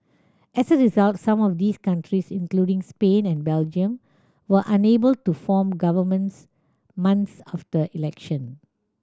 as a result some of these countries including Spain and Belgium were unable to form governments months after elections